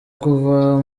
kuva